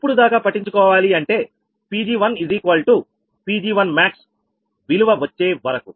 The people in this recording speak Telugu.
ఎప్పుడు దాకా పట్టించుకోవాలి అంటే Pg1 Pg1max విలువ వచ్చే వరకు